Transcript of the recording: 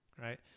right